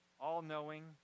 all-knowing